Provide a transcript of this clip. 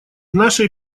нашей